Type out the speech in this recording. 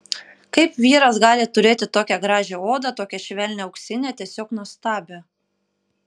kaip vyras gali turėti tokią gražią odą tokią švelnią auksinę tiesiog nuostabią